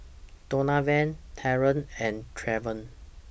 Donavan Derald and Travon